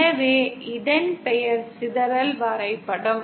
எனவே இதன் பெயர் சிதறல் வரைபடம்